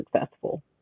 successful